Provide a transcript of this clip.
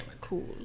cool